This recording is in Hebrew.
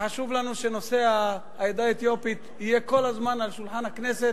חשוב לנו שנושא העדה האתיופית יהיה כל הזמן על שולחן הכנסת,